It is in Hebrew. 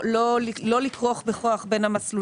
לא לכרוך בכוח בין המסלולים האלה.